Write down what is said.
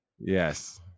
Yes